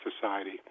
society